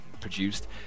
produced